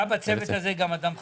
היה בצוות הזה גם אדם חרדי?